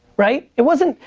right? it wasn't,